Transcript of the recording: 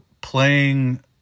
playing